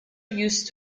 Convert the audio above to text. used